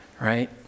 Right